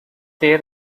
their